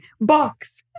Box